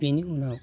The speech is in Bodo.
बेनि उनाव